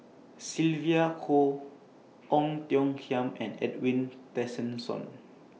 Sylvia Kho Ong Tiong Khiam and Edwin Tessensohn